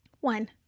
one